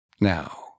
Now